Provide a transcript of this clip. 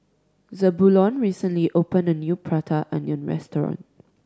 Zebulon recently opened a new Prata Onion restaurant